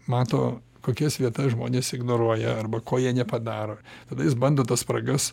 mato kokias vietas žmonės ignoruoja arba ko jie nepadaro tada jis bando tas spragas